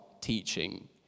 teaching